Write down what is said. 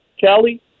Kelly